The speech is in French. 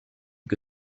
que